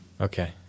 Okay